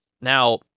Now